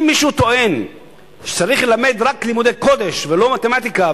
אם מישהו טוען שצריך ללמד רק לימודי קודש ולא מתמטיקה,